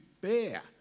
bear